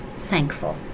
thankful